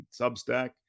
Substack